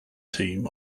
team